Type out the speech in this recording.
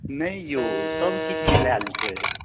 नहि यौ सभ किछु मिलाएल छै